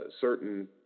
certain